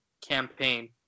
campaign